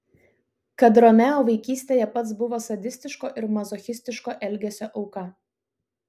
kad romeo vaikystėje pats buvo sadistiško ir mazochistiško elgesio auka